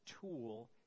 tool